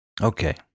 Okay